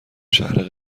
شهر